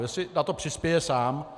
Jestli na to přispěje sám?